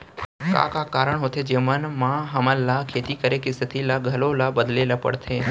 का का कारण होथे जेमन मा हमन ला खेती करे के स्तिथि ला घलो ला बदले ला पड़थे?